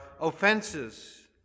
offenses